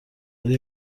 برای